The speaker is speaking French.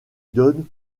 donne